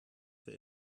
für